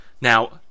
Now